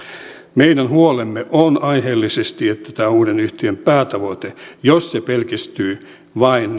meidän huolemme on aiheellisesti että jos tämän uuden yhtiön päätavoite pelkistyy vain